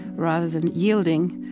rather than yielding,